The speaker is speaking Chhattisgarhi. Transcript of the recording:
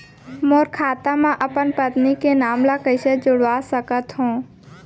मोर खाता म अपन पत्नी के नाम ल कैसे जुड़वा सकत हो?